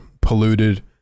polluted